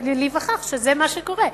ולהיווכח שזה מה שקורה.